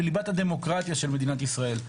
וליבת הדמוקרטיה של מדינת ישראל.